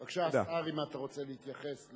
בבקשה, סער, אם אתה רוצה להתייחס.